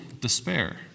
despair